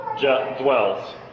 dwells